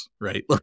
right